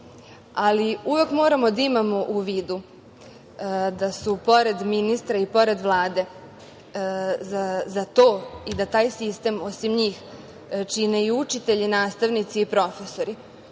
uvek moramo da imamo u vidu da su pored ministra i pored Vlade za to i da taj sistem osim njih, čine i učitelji, nastavnici i profesori,